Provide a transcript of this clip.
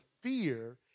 fear